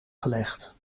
gelegd